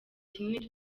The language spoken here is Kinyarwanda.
kinini